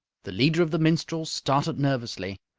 the leader of the minstrels started nervously.